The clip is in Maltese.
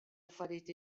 affarijiet